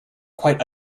quite